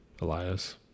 Elias